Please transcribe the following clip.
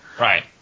Right